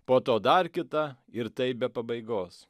po to dar kita ir taip be pabaigos